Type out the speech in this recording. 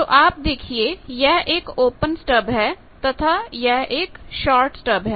तो आप देखिए यह एक ओपन स्टब है तथा यह एक शार्ट स्टब है